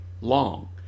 long